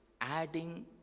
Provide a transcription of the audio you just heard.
adding